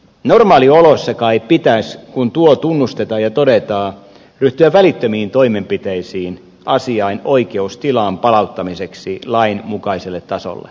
normaalioloissa kai pitäisi kun tuo tunnustetaan ja todetaan ryhtyä välittömiin toimenpiteisiin asiain oikeustilaan palauttamiseksi lain mukaiselle tasolle